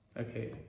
Okay